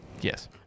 yes